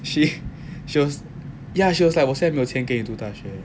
she she was yeah she was like 我现在没有钱给你读大学